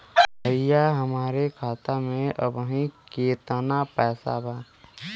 भईया हमरे खाता में अबहीं केतना पैसा बा?